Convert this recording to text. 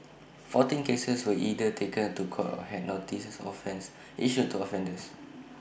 fourteen cases were either taken to court or had notices of offence issued to offenders